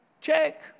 Check